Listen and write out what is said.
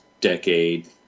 decade